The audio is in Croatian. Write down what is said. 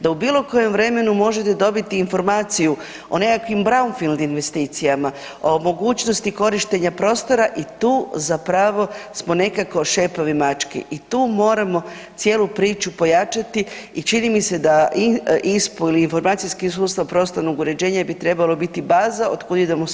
Da u bilokojem vremenu možete dobiti informaciju o nekakvim brownfield investicijama, o mogućnosti korištenja prostora i tu zapravo smo nekako šepavi mački i tu moramo cijelu priču pojačati i čini mi se da ISPU ili Informacijski sustav prostornog uređenja bi trebalo biti baza od koje idemo svud dalje.